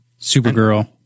Supergirl